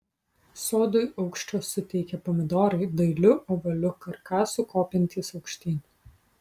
sodui aukščio suteikia pomidorai dailiu ovaliu karkasu kopiantys aukštyn